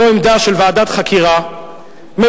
זו עמדה של ועדת חקירה מיוחדת,